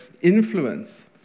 influence